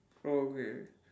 oh okay